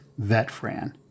VetFran